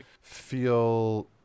feel